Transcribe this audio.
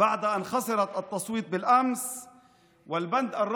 אחרי שהפסידה בהצבעה אתמול,